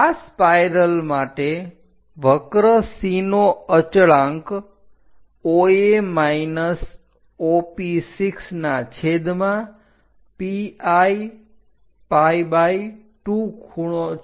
આ સ્પાઇરલ માટે વક્ર C નો અચળાંક OA OP6 ના છેદમાં pi2 ખૂણો છે